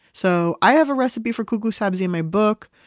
so i have a recipe for kuku sabzi in my book.